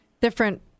different